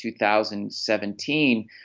2017